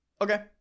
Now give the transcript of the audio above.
Okay